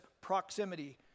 proximity